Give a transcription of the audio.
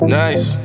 nice